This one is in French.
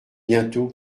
bientôt